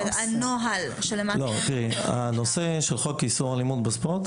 הנוהל --- הנושא של חוק איסור אלימות בספורט,